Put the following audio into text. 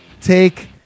Take